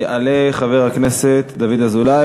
יעלה חבר הכנסת דוד אזולאי,